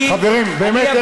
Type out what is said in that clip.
חברים, באמת.